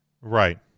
Right